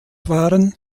waren